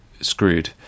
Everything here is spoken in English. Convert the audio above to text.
screwed